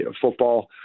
football